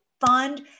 fund